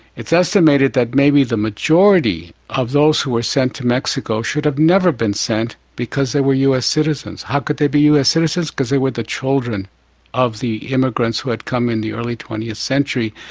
estimated that maybe the majority of those who were sent to mexico should have never been sent because they were us citizens. how could they be us citizens? because they were the children of the immigrants who had come in the early twentieth century,